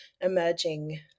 emerging